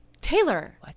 Taylor